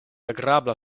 agrabla